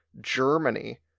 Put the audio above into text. Germany